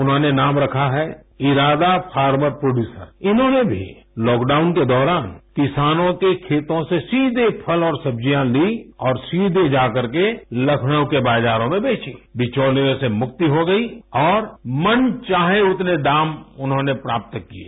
उन्होंने नाम रखा है इरादा फार्मर प्रोडयूसर इन्होंने भी लॉकडाउन के दौरान किसानों के खेतों से सीधे फल और सब्जियों ली और सीधे जा करके लखनऊ के बाजारों में बेची बिचौलियों से मुक्ति हो गई और मन चाहे उतने दाम उन्होंने प्राप्त किये